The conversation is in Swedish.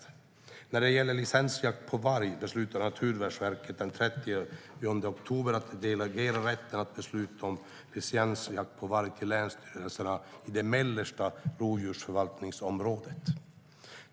När det gäller licensjakt på varg beslutade Naturvårdsverket den 30 oktober att delegera rätten att besluta om licensjakt på varg till länsstyrelserna i det mellersta rovdjursförvaltningsområdet.